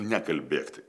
nekalbėk taip